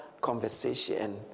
conversation